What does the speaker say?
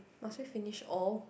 must we finish all